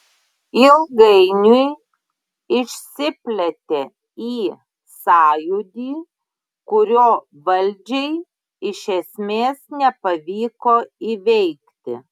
ilgainiui išsiplėtė į sąjūdį kurio valdžiai iš esmės nepavyko įveikti